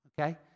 okay